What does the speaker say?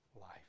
life